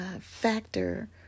factor